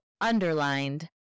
underlined